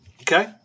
Okay